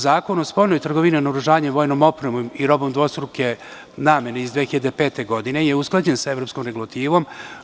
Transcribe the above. Zakon o spoljnoj trgovini, naoružanju i vojnoj opremi i robe dvostruke namene iz 2005. godine je usklađen sa evropskom regulativom.